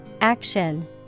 Action